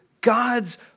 God's